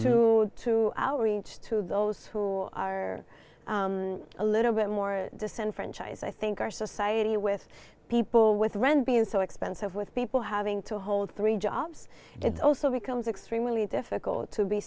through to our reach to those who are a little bit more disenfranchised i think our society with people with rent being so expensive with people having to hold three jobs it also becomes extremely difficult to be